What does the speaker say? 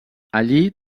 allí